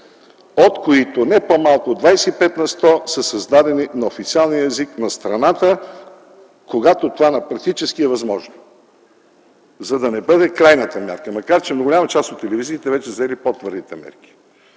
от които не по-малко от 25 на сто са създадени на официалния език на страната, когато това практически е възможно.” Това не е крайната мярка, макар голяма част от телевизиите вече да са взели по-твърдите мерки.